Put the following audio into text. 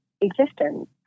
existence